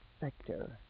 sector